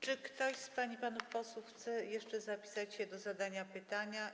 Czy ktoś z pań i panów posłów chce jeszcze zapisać się do zadania pytania?